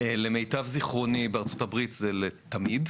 למיטב זיכרוני בארה"ב זה לתמיד,